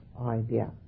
idea